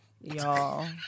y'all